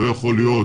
לא יכול להיות